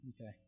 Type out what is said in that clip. Okay